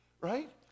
Right